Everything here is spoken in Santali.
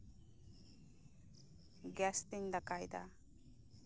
ᱜᱮᱥ ᱛᱤᱧ ᱫᱟᱠᱟᱭ ᱫᱟ